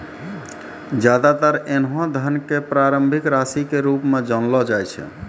ज्यादातर ऐन्हों धन क प्रारंभिक राशि के रूप म जानलो जाय छै